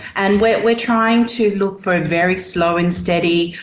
and we're we're trying to look for a very slow and steady,